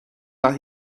وقت